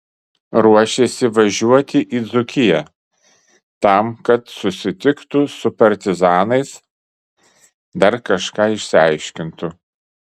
ruošėsi važiuoti į dzūkiją tam kad susitiktų su partizanais dar kažką išsiaiškintų